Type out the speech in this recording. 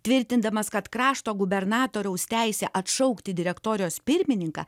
tvirtindamas kad krašto gubernatoriaus teisė atšaukti direktorijos pirmininką